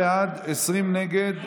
נגד.